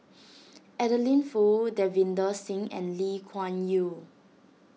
Adeline Foo Davinder Singh and Lee Kuan Yew